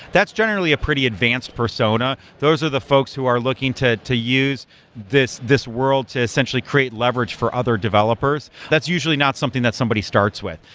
that's generally a pretty advanced persona. those are the folks who are looking to to use this this world to essentially create leverage for other developers. that's usually not something that somebody starts with.